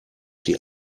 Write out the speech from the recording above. die